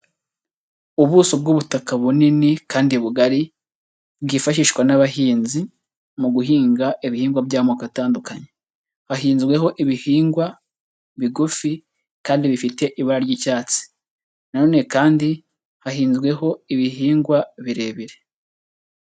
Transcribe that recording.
Ubuso bw'ubutaka bunini kandi bugari bwifashishwa n'abahinzi mu guhinga ibihingwa by'amoko atandukanye, hahinzweho ibihingwa bigufi kandi bifite ibara ry'icyatsi, na none kandi hahinzweho ibihingwa birebire.